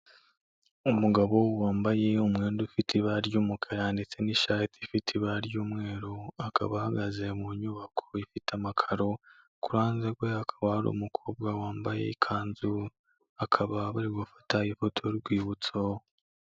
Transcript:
Umugabo wambaye umwenda ufite ibara ry'umukara ndetse n'ishati ifite ibara ry'umweru, akaba ahagaze mu nyubako ifite amakaro, kuhande rwe hakaba hari umukobwa wambaye ikanzu, akaba bari gufata ifoto y'urwibutso.